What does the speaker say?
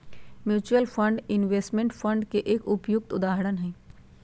mutual fund investment fund के एक उपयुक्त उदाहरण हई